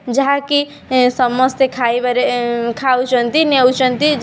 ଯାହାକି ସମସ୍ତେ ଖାଇବାରେ ଖାଉଛନ୍ତି ନେଉଛନ୍ତି ଯାହା